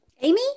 Amy